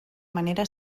manera